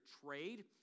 trade